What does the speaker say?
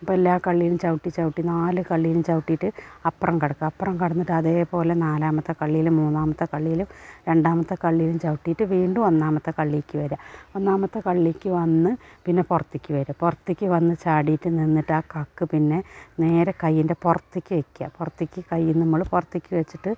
അപ്പം എല്ലാ കള്ളിയിലും ചവിട്ടി ചവിട്ടി നാല് കള്ളിയിലും ചവിട്ടിയിട്ട് അപ്പുറം കടക്കുക അപ്പുറം കടന്നിട്ട് അതേപോലെ നാലാമത്തെ കള്ളിയിലും മൂന്നാമത്തെ കള്ളിയിലും രണ്ടാമത്തെ കള്ളിയിലും ചവിട്ടിയിട്ടു വീണ്ടും ഒന്നാമത്തെ കള്ളിയിലേക്കു വരിക ഒന്നാമത്തെ കള്ളിയിലേക്കു വന്ന് പിന്നെ പുറത്തേക്കു വരിക പുറത്തേക്കു വന്നു ചാടിയിട്ടു നിന്നിട്ടാണ് കക്ക് പിന്നെ നേരെ കയ്യിൻ്റെ പുറത്തേക്കു വെക്കുക പുറത്തേക്കു കൈ നമ്മൾ പുറത്തേക്കു വെച്ചിട്ട്